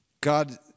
God